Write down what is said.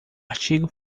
artigo